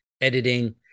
editing